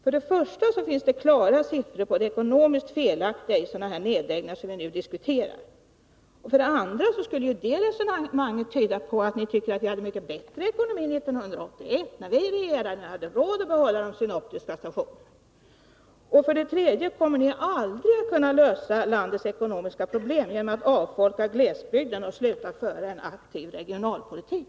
För det första finns det klara siffror på det ekonomiskt felaktiga i sådana här nedläggningar som vi nu diskuterar. För det andra skulle det resonemanget tyda på att ni tycker att vi hade en mycket bättre ekonomi 1981 när vi regerade och hade råd att behålla de synoptiska stationerna. För det tredje kommer ni aldrig att kunna lösa landets ekonomiska problem genom att avfolka glesbygden och sluta föra en aktiv regionalpolitik.